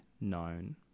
known